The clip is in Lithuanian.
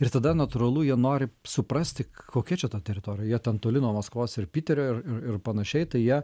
ir tada natūralu jie nori suprasti kokia čia ta teritorija jie ten toli nuo maskvos ir piterio ir ir ir panašiai tai jie